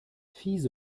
fiese